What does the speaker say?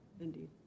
indeed